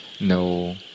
no